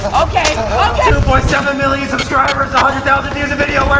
okay seven million subscribers on two thousand views a video